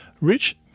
Rich